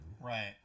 Right